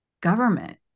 government